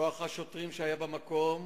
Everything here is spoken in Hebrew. כוח השוטרים שהיה במקום,